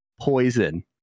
poison